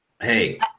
Hey